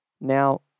Now